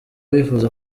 bifuza